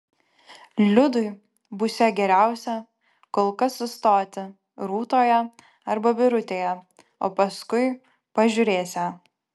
liudui būsią geriausia kol kas sustoti rūtoje arba birutėje o paskui pažiūrėsią